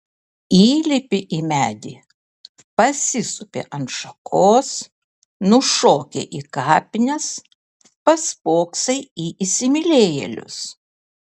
įlipi į medį pasisupi ant šakos nušoki į kapines paspoksai į įsimylėjėlius